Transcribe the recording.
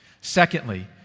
secondly